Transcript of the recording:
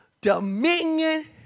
dominion